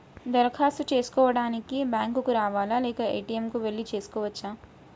దరఖాస్తు చేసుకోవడానికి బ్యాంక్ కు రావాలా లేక ఏ.టి.ఎమ్ కు వెళ్లి చేసుకోవచ్చా?